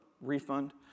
refund